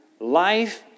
life